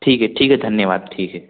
ठीक है ठीक है धन्यवाद ठीक है